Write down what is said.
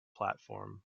platform